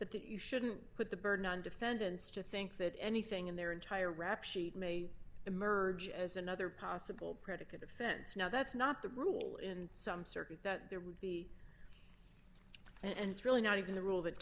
that you shouldn't put the burden on defendants to think that anything in their entire rap sheet may emerge as another possible predicate offense now that's not the rule in some circles that there would be and it's really not even the rule that